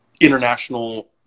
International